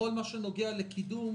בכל מה שנוגע לקידום